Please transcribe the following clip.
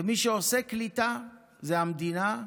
מי שעושה קליטה זו המדינה,